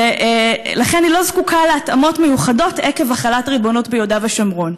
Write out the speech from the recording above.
ולכן היא לא זקוקה להתאמות מיוחדות עקב החלת ריבונות ביהודה ושומרון.